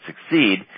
succeed